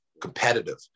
competitive